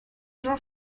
jean